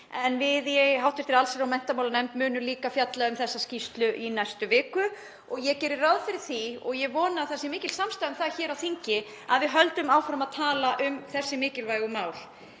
Við í hv. allsherjar- og menntamálanefnd munum líka fjalla um þessa skýrslu í næstu viku og ég geri ráð fyrir því, og ég vona að það sé mikil samstaða um það hér á þingi, að við höldum áfram að tala um þessi mikilvægu mál.